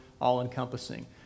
all-encompassing